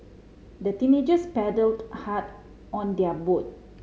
the teenagers paddled hard on their boat